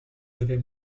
j’avais